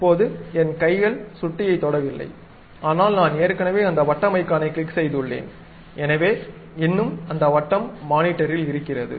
இப்போது என் கைகள் சுட்டியைத் தொடவில்லை ஆனால் நான் ஏற்கனவே அந்த வட்டம் ஐகானைக் கிளிக் செய்துள்ளேன் எனவே இன்னும் அந்த வட்டம் மானிட்டரில் இருக்கிறது